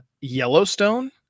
Yellowstone